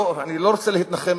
אני לא רוצה להתנחם,